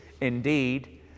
Indeed